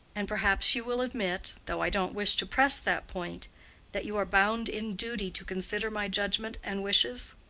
and perhaps you will admit though i don't wish to press that point that you are bound in duty to consider my judgment and wishes?